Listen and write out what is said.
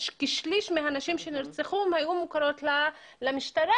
כשליש מהנשים שנרצחו הן היו מוכרות למשטרה,